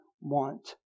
want